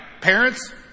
Parents